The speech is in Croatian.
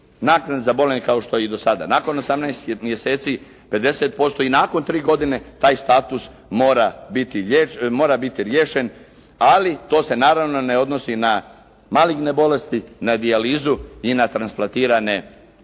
naknada za bolovanje kao što je i do sada. Nakon 18 mjeseci 50% i nakon 3 godine taj status mora biti riješen, ali to se naravno ne odnosi na maligne bolesti, na dijalizu i na transplantirane